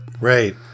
Right